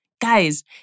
Guys